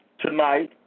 tonight